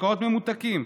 משקאות ממותקים,